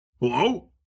Hello